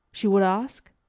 she would ask.